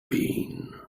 been